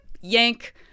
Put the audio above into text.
yank